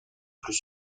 plus